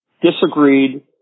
disagreed